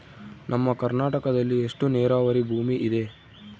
ನಮ್ಮ ಕರ್ನಾಟಕದಲ್ಲಿ ಎಷ್ಟು ನೇರಾವರಿ ಭೂಮಿ ಇದೆ?